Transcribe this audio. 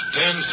ten